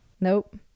nope